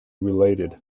related